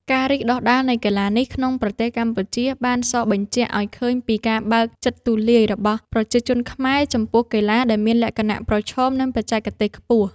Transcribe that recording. ការរីកដុះដាលនៃកីឡានេះក្នុងប្រទេសកម្ពុជា បានសបញ្ជាក់ឱ្យឃើញពីការបើកចិត្តទូលាយរបស់ប្រជាជនខ្មែរចំពោះកីឡាដែលមានលក្ខណៈប្រឈម និងបច្ចេកទេសខ្ពស់។